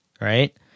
right